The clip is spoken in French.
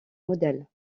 modèles